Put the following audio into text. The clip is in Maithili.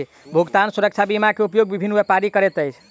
भुगतान सुरक्षा बीमा के उपयोग विभिन्न व्यापारी करैत अछि